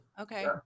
okay